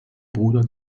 bruder